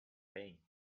pain